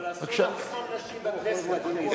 אבל אסור, נשים בכנסת, אדוני.